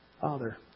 Father